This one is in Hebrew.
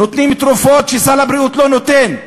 נותנות תרופות שסל התרופות לא נותן,